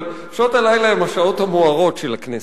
אבל שעות הלילה הן השעות המוארות של הכנסת.